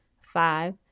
Five